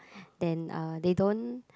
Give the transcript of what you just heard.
then uh they don't